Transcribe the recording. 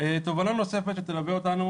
תובנה נוספת שתלווה אותנו